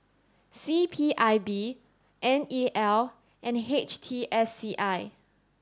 C P I B N E L and H T S C I